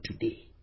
today